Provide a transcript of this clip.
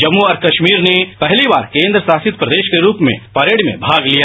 जम्मू और कश्मीर ने पहली बार केंद्र शासित प्रदेश के रूप में परेड में भाग लिया